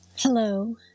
Hello